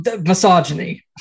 Misogyny